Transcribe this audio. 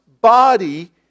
body